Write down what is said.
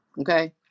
Okay